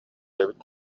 эбит